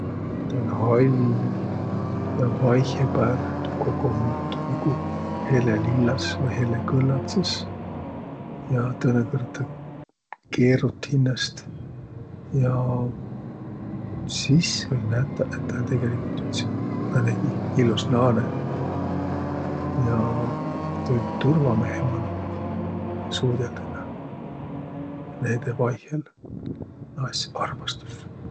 Tä oll' hall ja vaihõpääl tuu kogo muutu nigu hellelillas vai hellekõllatsõs ja tõõnõkõrd keerut' hinnäst. Ja sis oll' nätäq, et tä oll' tegeligult üts määnegi illos naanõ. Ja tä tull' turvamehe manoq, suudõl' tedä ja näide vaihõl naas' armastus.